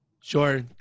Sure